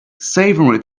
savouring